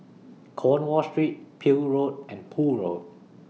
Cornwall Street Peel Road and Poole Road